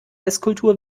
esskultur